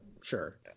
sure